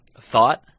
thought